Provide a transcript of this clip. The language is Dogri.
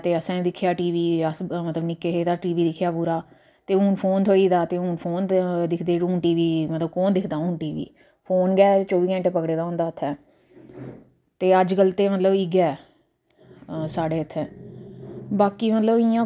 चर्खा उन्न कतदे चर्खे कन्नै उन्न कतदे ते फिर उनेंगी ते उंदी रस्सी बनदी ते रस्सी बनियै उन्नै दी बनी जंदी ते भी खड्डियै पर उसी कडदे ते उसदी भी फड्डियां बनांदे चादरां बनांदे ते उसी अस